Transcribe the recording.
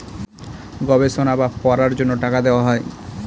গবেষণা বা পড়ার জন্য টাকা দেওয়া হয়